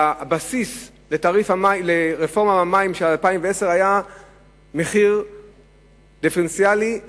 שהבסיס לרפורמה במים 2010 היה מחיר דיפרנציאלי למים,